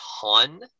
ton